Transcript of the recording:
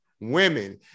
women